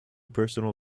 personal